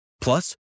Plus